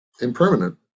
impermanent